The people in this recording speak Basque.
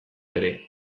ere